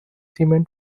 cement